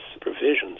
provisions